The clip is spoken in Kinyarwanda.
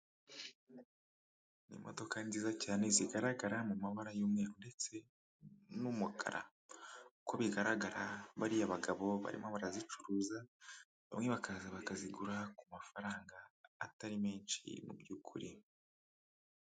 Imodoka nziza cyane zigaragara mu mabara y'umweru ndetse n'umukara. Uko bigaragara bariya bagabo barimo barazicuruza, bamwe bakaza bakazigura ku mafaranga atari menshi mu by'ukuri.